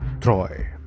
Troy